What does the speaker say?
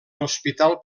hospital